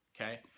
okay